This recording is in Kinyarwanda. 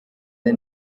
the